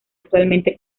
actualmente